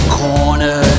corner